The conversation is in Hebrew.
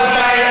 רבותי,